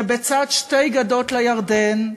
ובצד "שתי גדות לירדן"